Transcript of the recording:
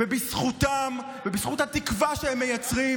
ובזכותם ובזכות התקווה שהם מייצרים,